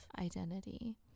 identity